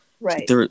Right